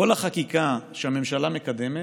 כל החקיקה שהממשלה מקדמת,